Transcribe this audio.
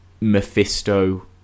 Mephisto